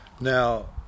Now